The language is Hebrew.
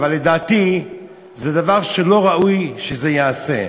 אבל לדעתי זה דבר שלא ראוי שייעשה.